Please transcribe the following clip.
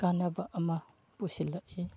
ꯀꯥꯟꯅꯕ ꯑꯃ ꯄꯨꯁꯤꯜꯂꯛꯏ